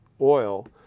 oil